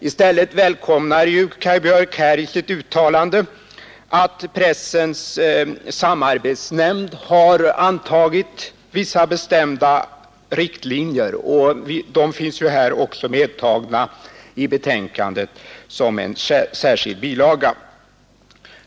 I stället välkomnade Kaj Björk här i sitt uttalande att Pressens samarbetsnämnd har antagit vissa bestämda riktlinjer, vilka också finns medtagna i betänkandet som bilaga.